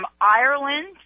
Ireland